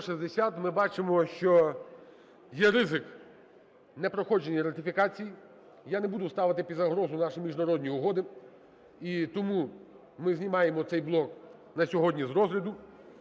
Ми бачимо, що є ризикнепроходження ратифікацій. Я не буду ставити під загрозу наші міжнародні угоди. І тому ми знімаємо цей блок на сьогодні з розгляду.